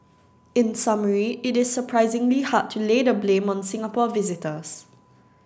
in summary it is surprisingly hard to lay the blame on Singapore visitors